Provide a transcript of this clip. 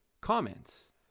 comments